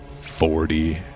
forty